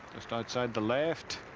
just outside the left.